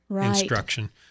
instruction